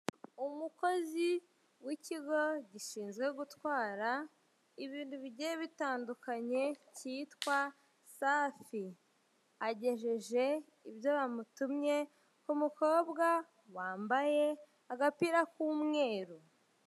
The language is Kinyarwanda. Umukozi w'ikigo gishinzwe gutwara ibintu bigiye bitandukanye kitwa safi agejeje ibyo bamutumye ku mukobwa wambaye agapira k'umweru.